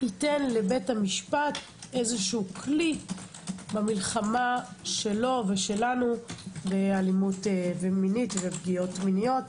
ייתן לבית המשפט כלי במלחמה שלו ושלנו באלימות מינית ובפגיעות מינית.